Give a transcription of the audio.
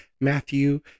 Matthew